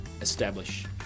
Establish